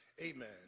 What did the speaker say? amen